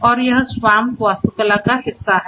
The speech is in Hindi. और यह SWAMP वास्तुकला का हिस्सा है